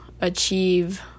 achieve